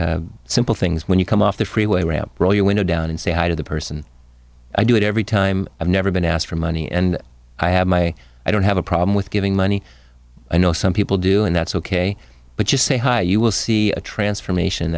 say simple things when you come off the freeway ramp roll your window down and say hi to the person i do it every time i've never been asked for money and i have my i don't have a problem with giving money i know some people do and that's ok but just say hi you will see a transformation